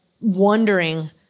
wondering